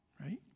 Right